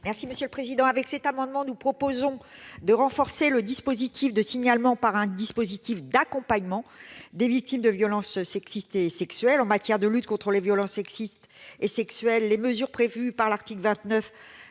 : La parole est à Mme Éliane Assassi. Nous proposons de renforcer le dispositif de signalement par un dispositif d'accompagnement des victimes de violences sexistes et sexuelles. Pour lutter contre les violences sexistes et sexuelles, les mesures prévues à l'article 29